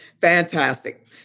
Fantastic